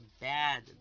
bad